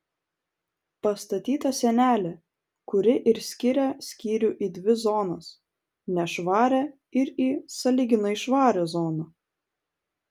pastatyta sienelė kuri ir skiria skyrių į dvi zonas nešvarią ir į sąlyginai švarią zoną